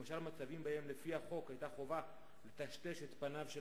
למשל מצבים שבהם לפי החוק היתה חובה לטשטש את פניו של